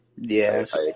Yes